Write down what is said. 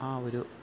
ആ ഒരു